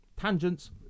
Tangents